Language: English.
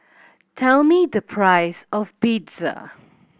tell me the price of Pizza